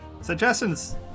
Suggestions